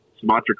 Sumatra